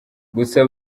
gusa